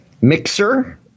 Mixer